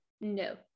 no